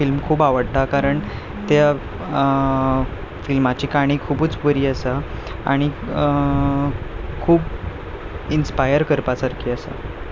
film खूब आवडटा कारण त्या फिल्माची काणी खुबूच बरी आसा आनी खूब इंस्पायर करपा सारकी आसा